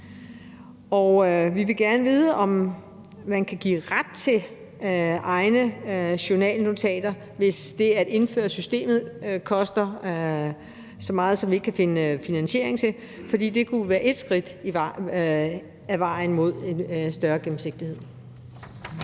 Vi vil gerne vide, om man på anden måde kan give ret til egne journalnotater, hvis det at indføre systemet koster så meget, at vi ikke kan finde finansiering til det. Det kunne være et skridt på vejen mod en større gennemsigtighed.